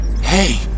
Hey